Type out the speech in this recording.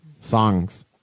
songs